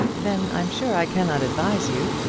then i'm sure i cannot advise you.